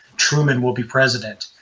truman will be president.